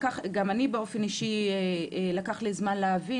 גם אני באופן אישי לקח לי זמן להבין